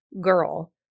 girl